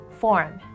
form